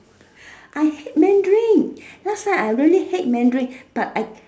I hate Mandarin last time I really hate Mandarin but I